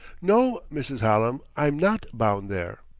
no, mrs. hallam i'm not bound there.